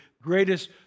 greatest